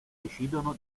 decidono